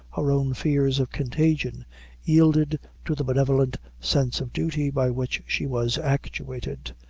her own fears of contagion yielded to the benevolent sense of duty by which she was actuated.